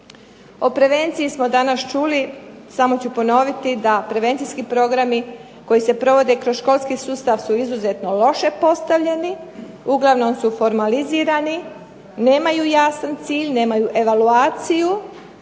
O prevenciji smo danas čuli, samo ću ponoviti da prevencijski programi koji se provode kroz školski sustav su izuzetno loše postavljeni, uglavnom su formalizirani, nemaju jasan cilj, nemaju evaluaciju